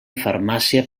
farmàcia